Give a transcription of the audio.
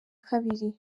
kabiri